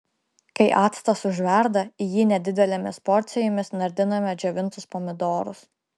kai actas užverda į jį nedidelėmis porcijomis nardiname džiovintus pomidorus